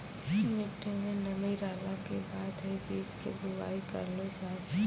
मिट्टी मं नमी रहला के बाद हीं बीज के बुआई करलो जाय छै